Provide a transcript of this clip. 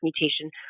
mutation